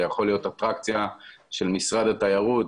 זה יכול להיות אטרקציה של משרד התיירות,